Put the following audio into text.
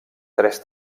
tres